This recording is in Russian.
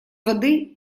воды